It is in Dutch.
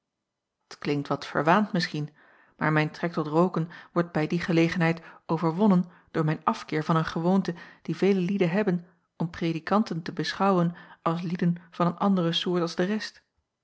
t linkt wat verwaand misschien maar mijn trek tot rooken wordt bij die gelegenheid overwonnen door mijn afkeer van een gewoonte die vele lieden hebben om predikanten te beschouwen als lieden van een andere soort als de rest